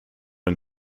and